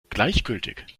gleichgültig